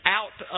out